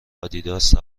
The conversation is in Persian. آدیداس